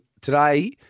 today –